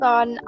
on